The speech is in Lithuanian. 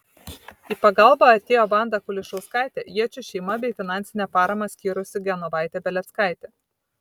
į pagalbą atėjo vanda kulišauskaitė jėčių šeima bei finansinę paramą skyrusi genovaitė beleckaitė